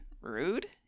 rude